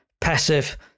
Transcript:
passive